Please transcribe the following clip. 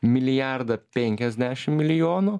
milijardą penkiasdešim milijonų